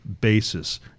basis